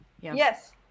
Yes